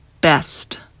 best